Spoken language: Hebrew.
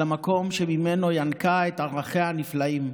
על המקום שממנה ינקה את ערכיה נפלאים,